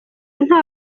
nta